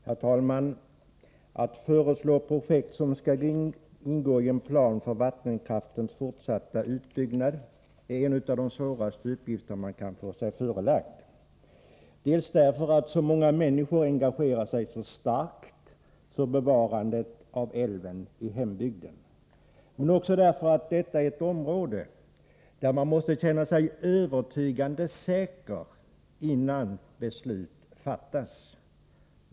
Herr talman! Att föreslå projekt som skall ingå i en plan för vattenkraftens fortsatta utbyggnad är en av de svåraste uppgifter man kan få sig förelagd. Dels därför att så många människor engagerar sig så starkt för bevarandet av älven i hembygden, dels också därför att detta är ett område där man måste känna sig övertygande säker innan beslut fattas.